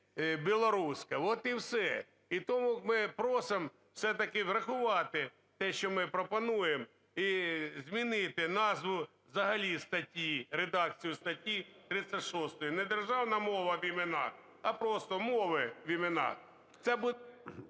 білоруська – от і все. І тому ми просимо все-таки врахувати те, що ми пропонуємо і змінити назву взагалі статті, редакцію статті 36, не "Державна мова в іменах", а просто "Мови в іменах". Це буде…